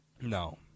No